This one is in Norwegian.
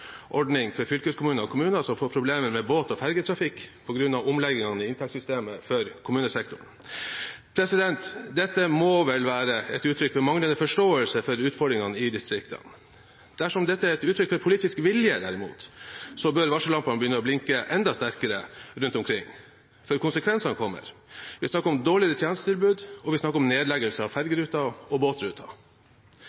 ordning for fylkeskommuner og kommuner som får problemer med båt og fergetrafikk på grunn av omleggingene i inntektssystemet for kommunesektoren. Dette må vel være et uttrykk for manglende forståelse for utfordringene i distriktene. Dersom dette er et uttrykk for politisk vilje derimot, bør varsellampene begynne å blinke enda sterkere rundt omkring, for konsekvensene kommer. Vi snakker om dårligere tjenestetilbud, og vi snakker om nedleggelse av fergeruter og båtruter.